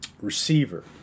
receiver